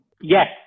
yes